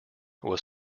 was